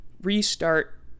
restart